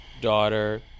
daughter